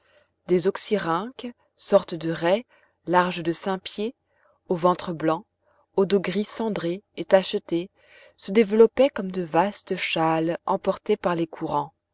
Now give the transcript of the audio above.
des oxyrhinques sortes de raies larges de cinq pieds au ventre blanc au dos gris cendré et tacheté se développaient comme de vastes châles emportés par les courants